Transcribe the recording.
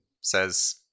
says